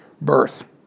birth